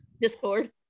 discord